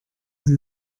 sie